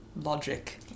Logic